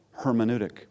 hermeneutic